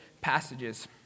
passages